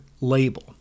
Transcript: label